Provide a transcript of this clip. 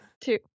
Two